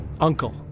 Uncle